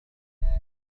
جائع